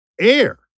Air